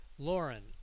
Lauren